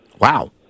Wow